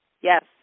Yes